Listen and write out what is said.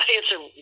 answer